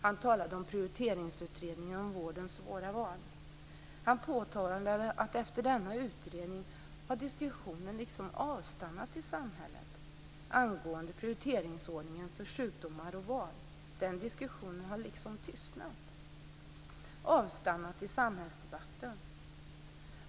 Han talade om Han påtalade att efter denna utredning har diskussionen liksom avstannat i samhället angående prioriteringsordningen för sjukdomar och val. Den diskussionen har liksom tystnat, avstannat i samhällsdebatten.